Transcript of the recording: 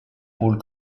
pôle